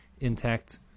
intact